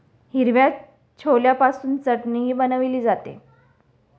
हिरव्या छोल्यापासून चटणीही बनवली जाते